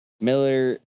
Miller